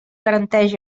garanteix